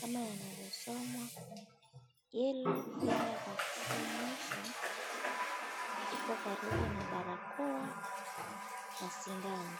kama yanavyosomwa (cs)Yellow Fever Vaccination(cs) iko karibu na barakoa na sindano.